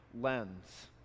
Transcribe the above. lens